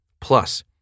Plus